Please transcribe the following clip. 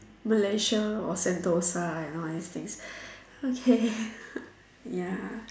Malaysia or Sentosa and all these things okay ya